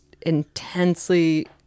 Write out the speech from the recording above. intensely